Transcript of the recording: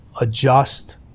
adjust